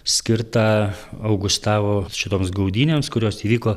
skirtą augustavo šitoms gaudynėms kurios įvyko